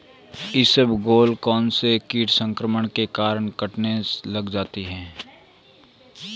इसबगोल कौनसे कीट संक्रमण के कारण कटने लग जाती है?